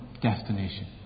destination